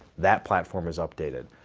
that platform is updated.